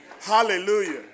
Hallelujah